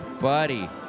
buddy